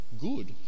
good